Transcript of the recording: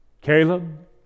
Caleb